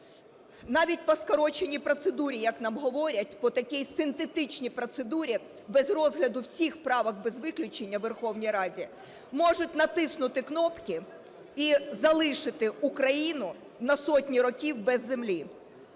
навіть по скороченій процедурі, як нам говорять, по такій синтетичній процедурі, без розгляду всіх правок без виключення у Верховній Раді можуть натиснути кнопки і залишити Україну на сотні років без землі.